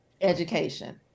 education